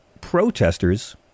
protesters